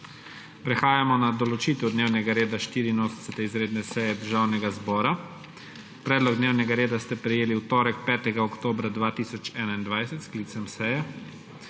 Prehajamo na določitev dnevnega reda 84. izredne seje Državnega zbora. predlog dnevnega reda ste prejeli v torek, 5. oktobra 2021 s sklicem seje.